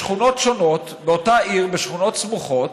בשכונות שונות, באותה עיר, בשכונות סמוכות,